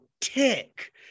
tick